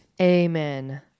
Amen